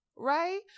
Right